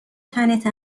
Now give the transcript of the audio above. تنت